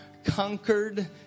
conquered